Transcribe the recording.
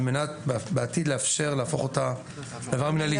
מנת לאפשר בעתיד להפוך אותה לעבירה מינהלית.